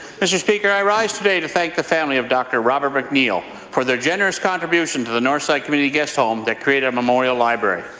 mr. speaker, i rise today to thank the family of dr. robert mcneil for their generous contribution to the northside community guest home that created a memorial library.